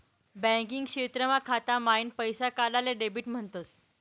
banking क्षेत्रमा खाता माईन पैसा काढाले डेबिट म्हणतस